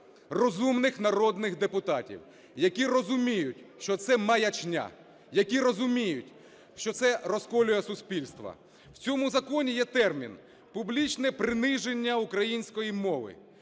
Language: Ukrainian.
розумних народних депутатів, які розуміють, що це маячня, які розуміють, що це розколює суспільство. У цьому законі є термін "публічне приниження української мови".